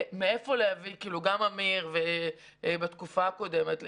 גם אמיר ובתקופה הקודמת,